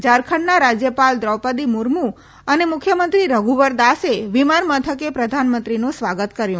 ઝારખંડના રાજ્યપાલ લ્રોપદી મુર્મ્ અને મુખ્યમંત્રી રધુવર દાસે વિમાનમથકે પ્રધાનમંત્રીનું સ્વાગત કર્યું